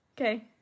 Okay